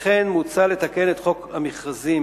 לכן מוצע לתקן את חוק חובת מכרזים